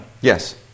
Yes